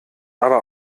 aber